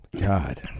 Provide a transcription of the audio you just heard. god